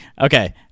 Okay